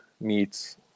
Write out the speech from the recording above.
meets